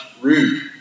rude